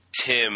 Tim